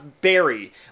Berry